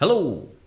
Hello